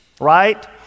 right